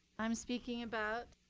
i'm speaking about